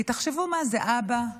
כי תחשבו מה זה, אבא,